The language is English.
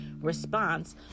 response